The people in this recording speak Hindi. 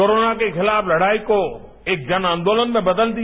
कोरोना के खिलाफ तब्राई को एक जन आंदोलन में बदल दिया